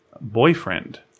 boyfriend